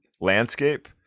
landscape